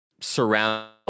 surround